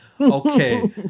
Okay